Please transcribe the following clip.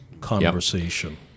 conversation